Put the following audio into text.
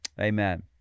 Amen